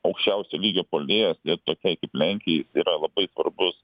aukščiausio lygio puolėjas ir tokiai lenkijai jis yra labai svarbus